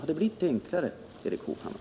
Har de blivit enklare, Erik Hovhammar?